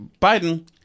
Biden